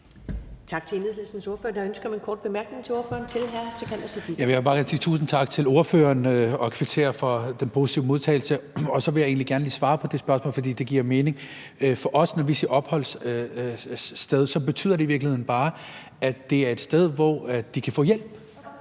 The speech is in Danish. Tak til Enhedslistens ordfører. Der er ønske om en kort bemærkning til ordføreren fra hr. Sikandar Siddique. Kl. 12:39 Sikandar Siddique (FG): Jeg vil bare lige sige tusind tak til ordføreren og kvittere for den positive modtagelse, og så vil jeg egentlig gerne lige svare på det spørgsmål, fordi det giver mening. For når vi siger opholdssted, betyder det i virkeligheden for os bare, at det er et sted, hvor de kan få hjælp,